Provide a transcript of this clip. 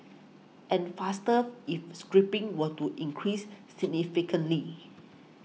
and faster if scrapping were to increase significantly